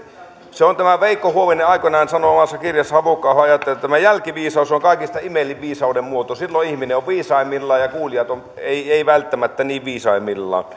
veikko huovinen aikoinaan sanoi omassa kirjassaan havukka ahon ajattelija että jälkiviisaus on kaikista imelin viisauden muoto silloin ihminen on viisaimmillaan ja kuulijat eivät välttämättä niin viisaimmillaan